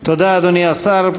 תודה, אדוני השר.